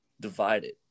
Divided